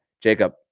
jacob